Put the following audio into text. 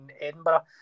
Edinburgh